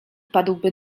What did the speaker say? wpadłby